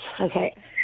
Okay